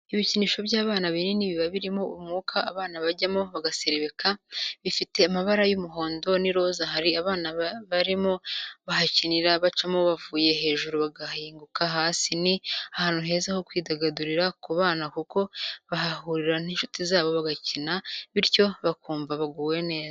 Ibikinisho by'abana binini biba birimo umwuka abana bajyamo bagaserebeka, bifite amabara y'umuhondo n'iroza hari abana barimo bahakinira bacamo bavuye hejuru bagahinguka hasi ni ahantu heza ho kwidagadurira ku bana kuko bahahurira n'inshuti zabo bagakina bityo bakumva baguwe neza.